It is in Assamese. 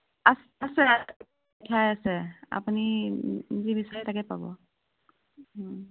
আ আছে আছে আছে আপুনি যি বিচাৰে তাকেই পাব